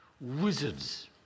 wizards